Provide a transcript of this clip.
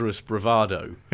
bravado